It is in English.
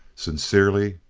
sincerely,